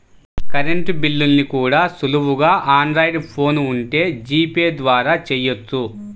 current బిల్లుల్ని కూడా సులువుగా ఆండ్రాయిడ్ ఫోన్ ఉంటే జీపే ద్వారా చెయ్యొచ్చు